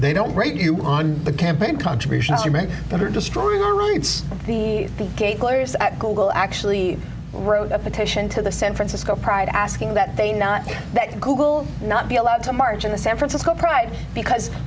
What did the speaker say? they don't rate you on the campaign contributions the men that are destroying the gate glorious at google actually wrote a petition to the san francisco pride asking that they not that google not be allowed to march in the san francisco pride because